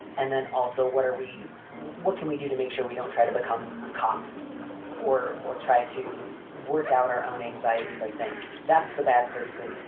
and then also, what are we what can we do to make sure we don't try to become cops or or try to work out our own anxiety by saying that's the bad person?